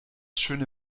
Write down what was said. schöne